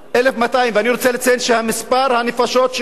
1,200. ואני רוצה לציין שמספר הנפשות שחיות